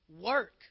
Work